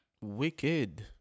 Wicked